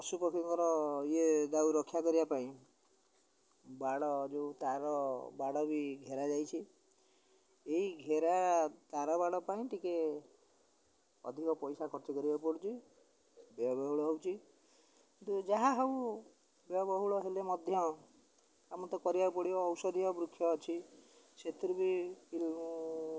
ପଶୁପକ୍ଷୀଙ୍କର ଇଏ ଦାଉ ରକ୍ଷା କରିବା ପାଇଁ ବାଡ଼ ଯେଉଁ ତାର ବାଡ଼ ବି ଘେରା ଯାଇଛି ଏଇ ଘେରା ତାର ବାଡ଼ ପାଇଁ ଟିକେ ଅଧିକ ପଇସା ଖର୍ଚ୍ଚ କରିବାକୁ ପଡ଼ୁଛି ବ୍ୟୟ ବହୁଳ ହେଉଛି କିନ୍ତୁ ଯାହା ହଉ ବ୍ୟୟ ବହୁଳ ହେଲେ ମଧ୍ୟ ଆମର ତ କରିବାକୁ ପଡ଼ିବ ଔଷଧୀୟ ବୃକ୍ଷ ଅଛି ସେଥିରୁ ବି